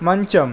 మంచం